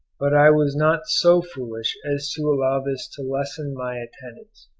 but i was not so foolish as to allow this to lessen my attendance.